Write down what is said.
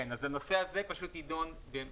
כן, אז הנושא הזה פשוט יידון בהמשך.